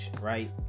Right